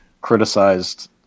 criticized